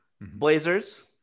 Blazers